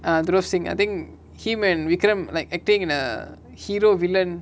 ah drawsink I think he man vikram like acting in a hero villain